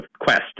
quest